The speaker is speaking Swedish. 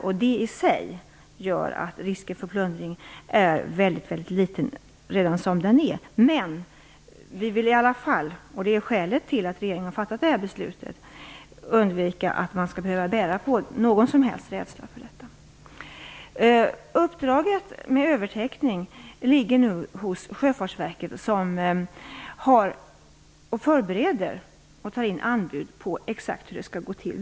Det i sig gör att risken för plundring av Estonia är mycket liten. Men vi vill i alla fall undvika att man skall behöva bära på någon som helst rädsla för detta, vilket är skälet till regeringens beslut. Uppdraget med övertäckning ligger nu hos Sjöfartsverket, som förbereder och tar in anbud på hur det exakt skall gå till.